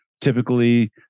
typically